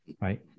right